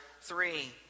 three